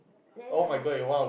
then I